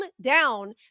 down